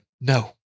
no